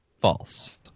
False